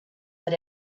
that